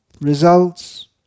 results